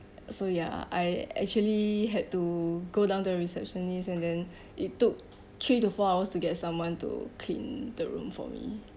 so ya I actually had to go down the receptionist and then it took three to four hours to get someone to clean the room for me